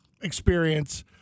experience